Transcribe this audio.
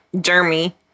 Jeremy